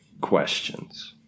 questions